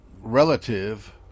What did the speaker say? relative